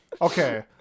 okay